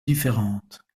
différentes